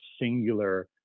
singular